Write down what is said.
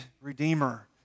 redeemer